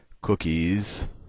cookies